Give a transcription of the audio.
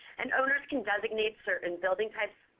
and owners can designate certain building types.